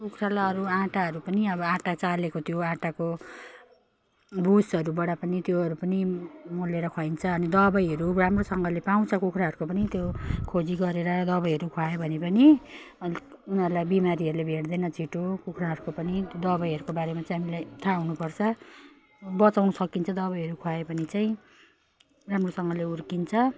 कुखुरालाई अरू आटाहरू पनि अब आटा चालेको त्यो आटाको भुसहरूबाट पनि त्योहरू पनि मोलेर खुवाइन्छ अनि दबाईहरू राम्रोसँगले पाउँछ कुखुराहरूको पनि त्यो खोजी गरेर दबाईहरू खुवायो भने पनि अलिक उनीहरूलाई बिमारीहरूले भेट्दैन छिटो कुखुराहरूको पनि दबाईहरूको बारेमा चाहिँ हामीलाई थाहा हुनुपर्छ बचाउन सकिन्छ दबाईहरू खुवायो भने चाहिँ राम्रोसँगले हुर्किन्छ